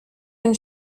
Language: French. une